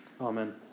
Amen